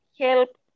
help